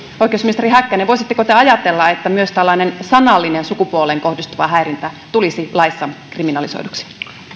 oikeusministeri häkkänen voisitteko te ajatella että myös tällainen sanallinen sukupuoleen kohdistuva häirintä tulisi laissa kriminalisoiduksi